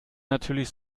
natürlich